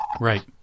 Right